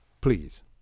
Please